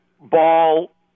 ball